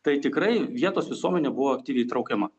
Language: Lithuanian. tai tikrai vietos visuomenė buvo aktyviai įtraukiama